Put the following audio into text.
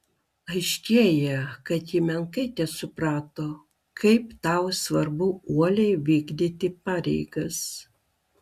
aiškėja kad ji menkai tesuprato kaip tau svarbu uoliai vykdyti pareigas